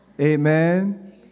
Amen